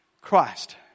Christ